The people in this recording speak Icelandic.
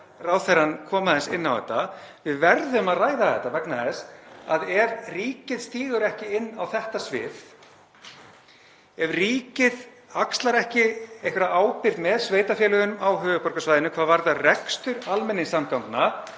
ráðherrann koma aðeins inn á þetta. Við verðum að ræða þetta vegna þess að ef ríkið stígur ekki inn á þetta svið, ef ríkið axlar ekki einhverja ábyrgð með sveitarfélögunum á höfuðborgarsvæðinu hvað varðar rekstur almenningssamgangna